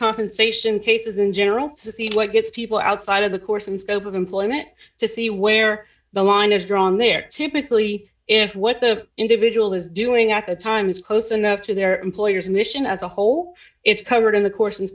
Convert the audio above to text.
compensation cases in general seems like it's people outside of the course and scope of employment to see where the line is drawn there typically if what the individual is doing at the time is close enough to their employer's mission as a whole it's covered in the course and